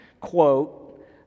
quote